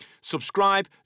subscribe